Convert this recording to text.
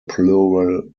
plural